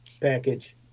package